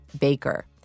Baker